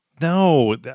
No